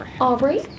Aubrey